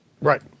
Right